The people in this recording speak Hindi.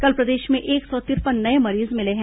कल प्रदेश में एक सौ तिरपन नये मरीज मिले हैं